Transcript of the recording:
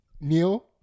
Neil